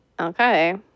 Okay